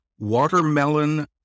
Watermelon